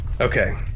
Okay